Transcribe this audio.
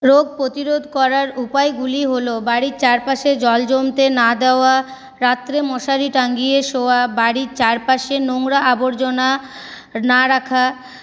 রোগ প্রতিরোধ করার উপায়গুলি হল বাড়ির চারপাশে জল জমতে না দেওয়া রাত্রে মশারি টাঙিয়ে শোয়া বাড়ির চারপাশে নোংরা আবর্জনা না রাখা